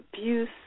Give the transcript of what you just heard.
abuse